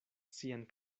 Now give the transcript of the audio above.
sian